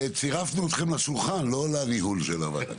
צירפנו אתכם לשולחן לא לניהול של הוועדה.